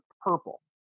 purple